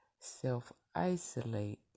self-isolate